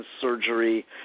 surgery